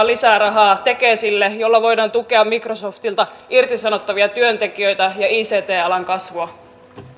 lisää rahaa tekesille jolloin voidaan tukea microsoftilta irtisanottavia työntekijöitä ja ict alan kasvua